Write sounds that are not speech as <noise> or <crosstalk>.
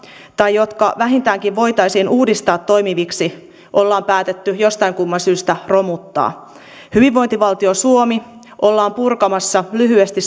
tai jotka vähintäänkin voitaisiin uudistaa toimiviksi ollaan päätetty jostain kumman syystä romuttaa hyvinvointivaltio suomi ollaan purkamassa lyhyesti <unintelligible>